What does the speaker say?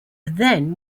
then